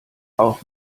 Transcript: auch